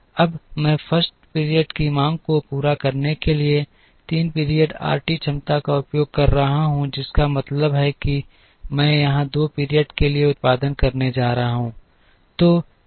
अब मैं 1 पीरियड की मांग को पूरा करने के लिए 3 पीरियड आर टी क्षमता का उपयोग कर रहा हूं जिसका मतलब है कि मैं यहां 2 पीरियड्स के लिए उत्पादन करने जा रहा हूं